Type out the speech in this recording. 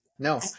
No